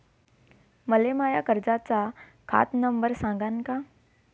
मले माया कर्जाचा खात नंबर सांगान का?